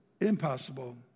impossible